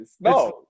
no